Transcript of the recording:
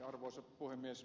arvoisa puhemies